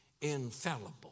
infallible